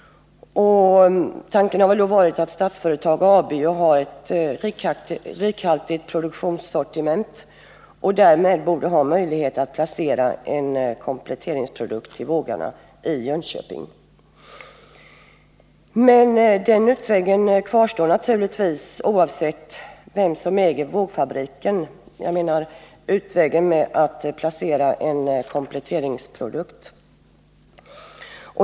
Tanken har varit att Statsföretag AB, som har ett rikhaltigt produktionssortiment, borde ha möjlighet att placera en kompletteringsprodukt till vågarna i Jönköping. Men den utvägen — att placera en kompletteringsprodukt vid fabriken — kvarstår naturligtvis oavsett vem som äger vågfabriken.